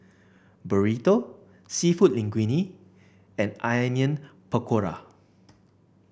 Burrito seafood Linguine and Onion Pakora